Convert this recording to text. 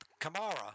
Kamara